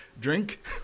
drink